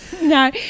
No